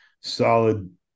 solid